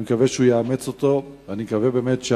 אני מקווה שהוא יאמץ אותו ואני באמת מקווה